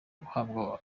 uhabwa